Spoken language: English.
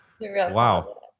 wow